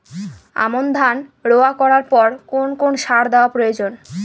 আমন ধান রোয়া করার পর কোন কোন সার দেওয়া প্রয়োজন?